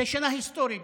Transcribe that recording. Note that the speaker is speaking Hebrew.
זו שנה היסטורית.